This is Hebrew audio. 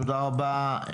תודה רבה.